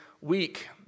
week